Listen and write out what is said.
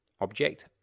object